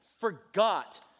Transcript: forgot